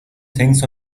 things